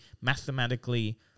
mathematically